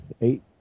Eight